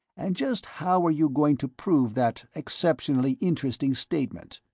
and just how are you going to prove that exceptionally interesting statement?